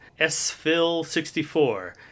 sphil64